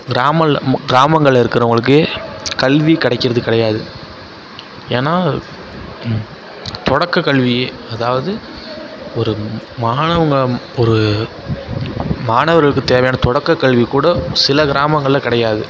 கிராம கிராமங்களில் இருக்கிறவங்களுக்கு கல்வி கிடைக்கிறது கிடையாது ஏன்னா தொடக்கக்கல்வி அதாவது ஒரு மாணவர்கள ஒரு மாணவர்களுக்குத் தேவையான தொடக்கக்கல்வி கூட சில கிராமங்களில் கிடையாது